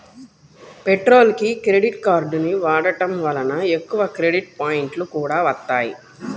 పెట్రోల్కి క్రెడిట్ కార్డుని వాడటం వలన ఎక్కువ క్రెడిట్ పాయింట్లు కూడా వత్తాయి